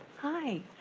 hi,